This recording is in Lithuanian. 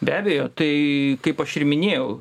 be abejo tai kaip aš ir minėjau